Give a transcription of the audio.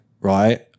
right